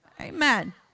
Amen